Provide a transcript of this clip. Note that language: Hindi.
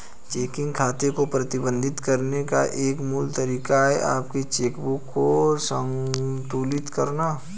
चेकिंग खाते को प्रबंधित करने का एक मूल तरीका है अपनी चेकबुक को संतुलित करना